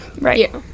Right